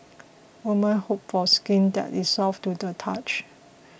women hope for skin that is soft to the touch